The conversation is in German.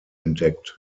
entdeckt